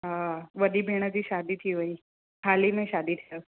हा वॾी भेण जी शादी थी वेई हाल ई में शादी थी उथसि